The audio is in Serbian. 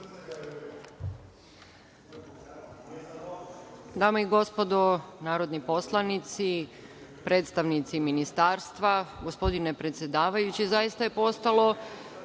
Dame i gospodo narodni poslanici, predstavnici ministarstva, gospodine predsedavajući, zaista je postalo